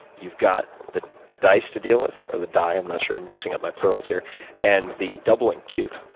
you've got the the dice to deal with, or the die, i'm not sure i'm mixing up my plurals here and the doubling cube,